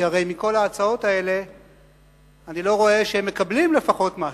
כי הרי מכל ההצעות האלה אני לא רואה שהם לפחות מקבלים משהו.